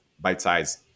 bite-sized